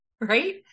right